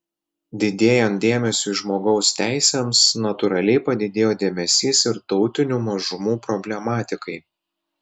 didėjant dėmesiui žmogaus teisėms natūraliai padidėjo dėmesys ir tautinių mažumų problematikai